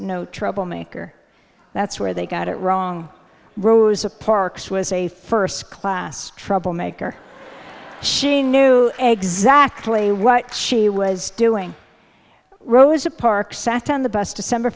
no trouble me for that's where they got it wrong rosa parks was a first class troublemaker she knew exactly what she was doing rosa parks sat on the bus december